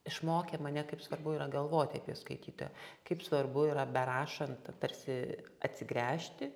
išmokė mane kaip svarbu yra galvoti apie skaitytoją kaip svarbu yra berašant tarsi atsigręžti